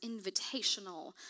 invitational